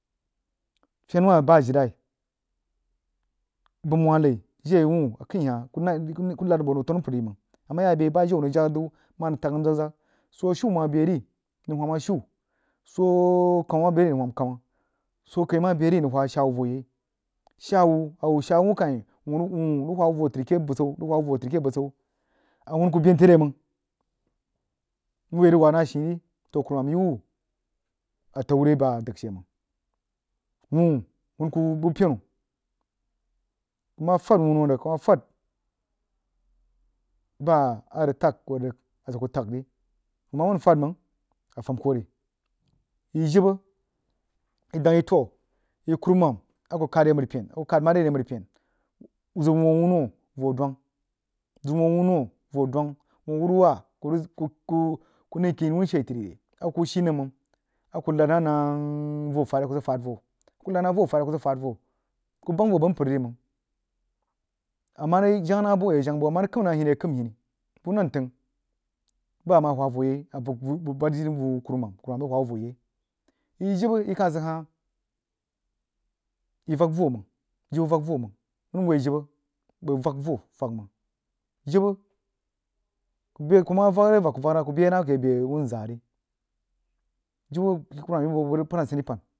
Fein wah ba jirenai bəm wah nai jeh wuoh a khain hah ku nad buoh nau tannu mpər ri məng, ama yək beh bajau nəng jagha adau manəng tok nəm zək zək, suoh shiu ma bai ri nəng hwam a shiu, suoh kamma ma bai ri nəng hwam kamma, suoh kai ma bai ri nəng huwa shaa wuh ooh yei shan wuh shaa wuoh kah, wuoh rig huwa wah vohtin keh busau a hunna kah bentere məng ahuoh ye rig wanna shii ri ton kurumam yi wu atnu re ba adagha she məng wuoh hunna kuh bu pyenu ku ma fad wunno rig bah ang təgha ku rig a zəg kah təgha ri ku ma man fəd məng a fam kuhri, yi jibbə yi dəngha yi wuin toh a kurumam aku khad yi mripein aku khad mare ne ipein, zəg wuoh-wunno voh dongha, zəg wuoh-wunno voh-dongha wuoh wurwa ku nai kini wan shei ti re aku kushii nəm məng aku nəd nahnəng voh-fad aku sid fad voh ku rig nəd nah voh fad asu sul fal voh ku bangha voh bəg mpərri məng ama rig jangha na buh aye jangha buh, ama rig kəm hini a yək kəm hini bu nən tang ba ama hua voh yei, bəg bəg jini huo kurumam, kurumam rig huo wuh voh yei yi jebbə yi kah sid hah yi vak-voh məng jibbə vak voh nəng yi mən woi jibbə vak-voh fəd məng, jibbə beh kuma vak-re vak ku bai nah keh beh wunza ri jibbə kurumam yi bəg, bag rəg pan aseni pan.